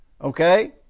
Okay